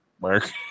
work